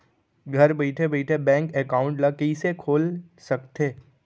घर बइठे बइठे बैंक एकाउंट ल कइसे खोल सकथे?